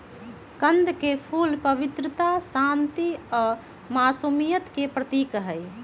कंद के फूल पवित्रता, शांति आ मासुमियत के प्रतीक हई